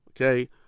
Okay